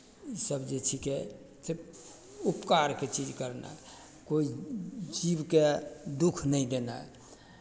ओसभ जे छिकै से उपकारके चीज करनाइ कोइ जीवकेँ दुःख नहि देनाइ